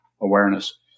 awareness